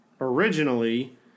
originally